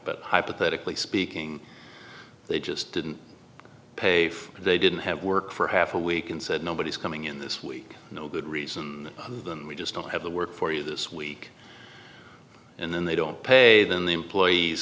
but hypothetically speaking they just didn't pay for they didn't have work for half a week and said nobody's coming in this week no good reason other than we just don't have the work for you this week and then they don't pay then the employees